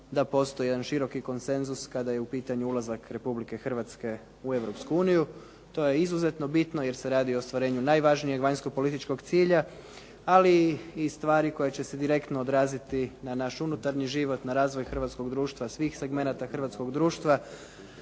da postoji jedan široki konsenzus kada je u pitanju ulazak Republike Hrvatske u Europsku uniju. To je izuzetno bitno jer se radi o ostvarenju najvažnijeg vanjsko-političkog cilja, ali i stvari koji će se direktno odraziti na naš unutarnji život, na razvoj hrvatskog društva svih segmenata hrvatskog društva.